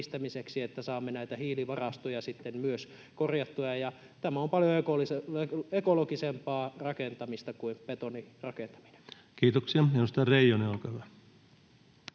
että saamme hiilivarastoja sitten myös korjattua, ja tämä on paljon ekologisempaa rakentamista kuin betonirakentaminen. Kiitoksia. — Edustaja Reijonen, olkaa hyvä.